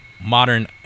modern